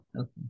Okay